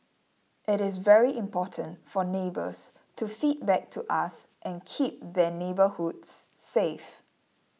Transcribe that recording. it is very important for neighbours to feedback to us and keep their neighbourhoods safe